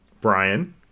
Brian